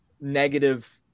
negative